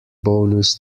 bonus